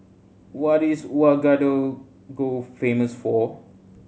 what is Ouagadougou famous for